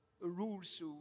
rules